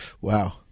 Wow